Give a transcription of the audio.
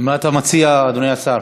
מה אתה מציע, אדוני השר?